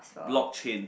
block chain